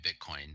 bitcoin